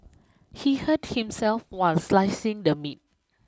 he hurt himself while slicing the meat